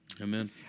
Amen